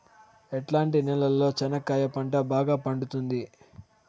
ఎట్లాంటి నేలలో చెనక్కాయ పంట బాగా పండుతుంది?